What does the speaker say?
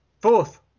Fourth